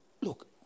look